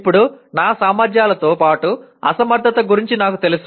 ఇప్పుడు నా సామర్థ్యాలతో పాటు అసమర్థత గురించి నాకు తెలుసు